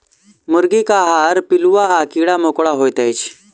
मुर्गीक आहार पिलुआ आ कीड़ा मकोड़ा होइत अछि